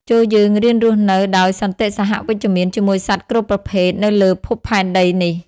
ចូរយើងរៀនរស់នៅដោយសន្តិសហវិជ្ជមានជាមួយសត្វគ្រប់ប្រភេទនៅលើភពផែនដីនេះ។